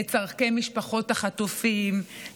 לצורכי משפחות החטופים,